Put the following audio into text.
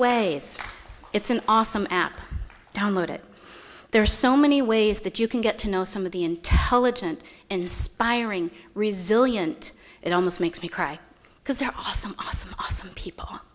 ways it's an awesome app download it there are so many ways that you can get to know some of the intelligent and spy ring resilient it almost makes me cry because they're awesome awesome awesome people